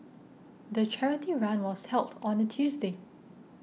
the charity run was held on a Tuesday